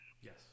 Yes